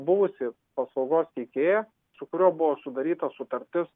buvusį paslaugos teikėją su kuriuo buvo sudaryta sutartis